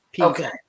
Okay